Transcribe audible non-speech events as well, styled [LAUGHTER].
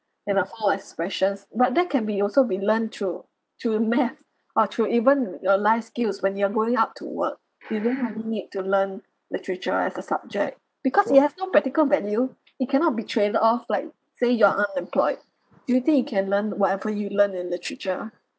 in a form of expressions but that can be also be learned through through [LAUGHS] math or through even your life skills when you're going out to work you don't really need to learn literature as a subject because it has no practical value it cannot be traded of like say you're unemployed do you think you can learn whatever you learn in literature